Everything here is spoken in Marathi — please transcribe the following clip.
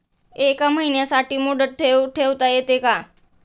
एका महिन्यासाठी मुदत ठेव ठेवता येते का?